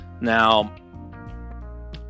now